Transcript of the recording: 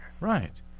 Right